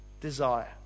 desire